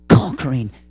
Conquering